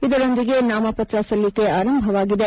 ಇದರೊಂದಿಗೆ ನಾಮಪತ್ರ ಸಲ್ಲಿಕೆ ಆರಂಭವಾಗಿದೆ